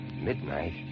midnight